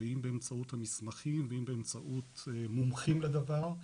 אם באמצעות מסמכים ואם באמצעות מומחים לדבר,